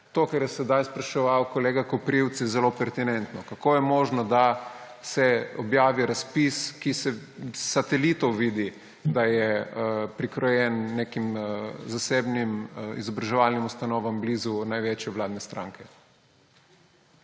To, kar je sedaj spraševal kolega Koprivc, je zelo pertinentno. Kako je možno, da se objavi razpis, o katerem se s satelitov vidi, da je prikrojen nekim zasebnim izobraževalnim ustanovam blizu največje vladne stranke?